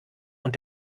und